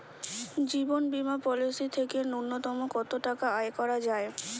জীবন বীমা পলিসি থেকে ন্যূনতম কত টাকা আয় করা যায়?